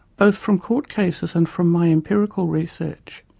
both from court cases and from my empirical research,